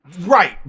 Right